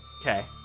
Okay